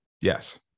yes